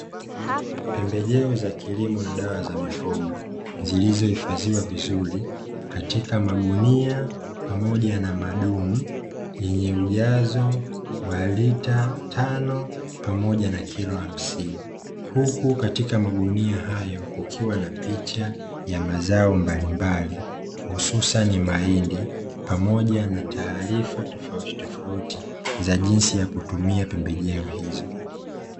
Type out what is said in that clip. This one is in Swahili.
Pembejeo za kilimo na dawa za mifugo zilizohifadhiwa vizuri, katika magunia pamoja na madumu, yenye ujazo wa lita tano pamoja na kilo hamsini. Huku katika magunia hayo kukiwa na picha ya mazao mbalimbali, hususani mahindi pamoja na taarifa tofauti tofauti ya jinsi ya kutumia pembejeo hizo.